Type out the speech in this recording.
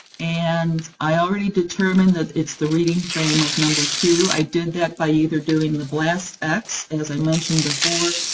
and i already determined that it's the reading frame of number two. i did that by either doing the blastx, as i mentioned before,